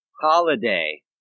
Holiday